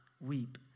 weep